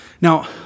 Now